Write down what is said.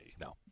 No